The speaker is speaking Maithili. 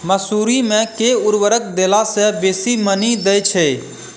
मसूरी मे केँ उर्वरक देला सऽ बेसी मॉनी दइ छै?